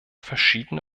verschiedene